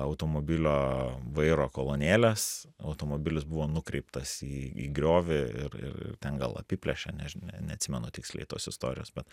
automobilio vairo kolonėlės automobilis buvo nukreiptas į į griovį ir ir ten gal apiplėšė nežin neatsimenu tiksliai tos istorijos bet